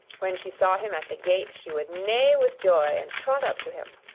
when she saw him at the gate she would neigh with joy, and trot up to him.